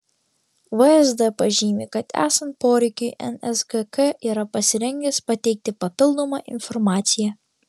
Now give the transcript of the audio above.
vsd pažymi kad esant poreikiui nsgk yra pasirengęs pateikti papildomą informaciją